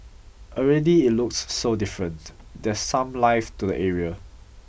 already it looks so different there's some life to the area